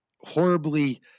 horribly